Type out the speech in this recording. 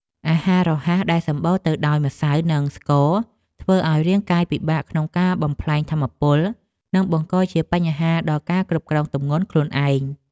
អាហាររហ័សដែលសម្បូរទៅដោយម្សៅ និងស្ករធ្វើឲ្យរាងកាយពិបាកក្នុងការបំប្លែងថាមពល និងបង្កជាបញ្ហាដល់ការគ្រប់គ្រងទម្ងន់ខ្លួនឯង។